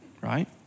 right